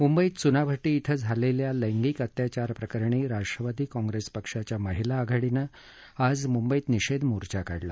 मुंबईत चुनाभट्टी इथं झालख्खा लैंगिक अत्याचार प्रकरणी राष्ट्रवादी काँप्रस्तपक्षाच्या महिला आघाडीनं आज मुंबईत निषद्वमोर्चा काढला